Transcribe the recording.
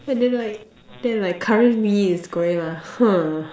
and then like then like current me is going like !huh!